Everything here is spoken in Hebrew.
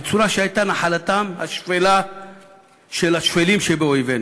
בצורה שהייתה נחלתם השפלה של השפלים שבאויבינו.